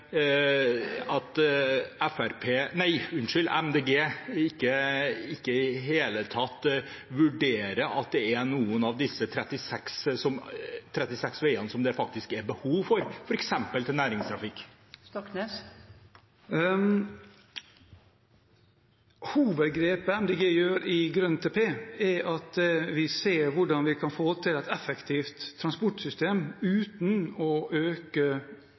ikke i det hele tatt vurderer om det er noen av disse 36 veiene det faktisk er behov for, f.eks. til næringstrafikk? Hovedgrepet Miljøpartiet De Grønne gjør i «GrønNTP», er at vi ser hvordan vi kan få til et effektivt transportsystem uten å øke